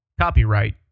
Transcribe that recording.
Copyright